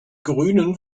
grünen